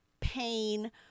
pain